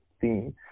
theme